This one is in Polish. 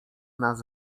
nas